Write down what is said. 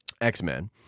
X-Men